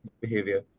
behavior